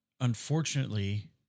unfortunately